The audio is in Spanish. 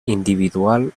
individual